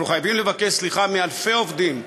אנחנו חייבים לבקש סליחה מאלפי עובדים,